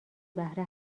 بهره